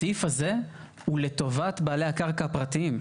הסעיף הזה הוא לטובת בעלי הקרקע הפרטיים.